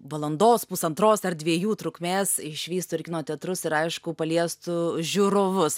valandos pusantros ar dviejų trukmės išvystų ir kino teatrus ir aišku paliestų žiūrovus